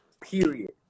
period